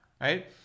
right